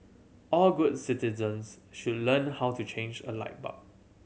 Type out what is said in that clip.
all good citizens should learn how to change a light bulb